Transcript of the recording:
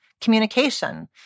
communication